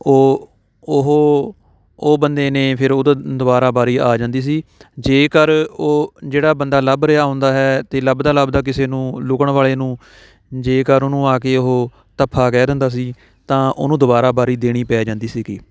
ਉਹ ਉਹ ਉਹ ਬੰਦੇ ਨੇ ਫੇਰ ਉਹਦੀ ਦੁਬਾਰਾ ਵਾਰੀ ਆ ਜਾਂਦੀ ਸੀ ਜੇਕਰ ਉਹ ਜਿਹੜਾ ਬੰਦਾ ਲੱਭ ਰਿਹਾ ਹੁੰਦਾ ਹੈ ਅਤੇ ਲੱਭਦਾ ਲੱਭਦਾ ਕਿਸੇ ਨੂੰ ਲੁਕਣ ਵਾਲੇ ਨੂੰ ਜੇਕਰ ਉਹਨੂੰ ਆ ਕੇ ਉਹ ਧੱਫਾ ਕਹਿ ਦਿੰਦਾ ਸੀ ਤਾਂ ਉਹਨੂੰ ਦੁਬਾਰਾ ਵਾਰੀ ਦੇਣੀ ਪੈ ਜਾਂਦੀ ਸੀਗੀ